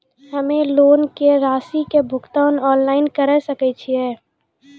हम्मे लोन के रासि के भुगतान ऑनलाइन करे सकय छियै?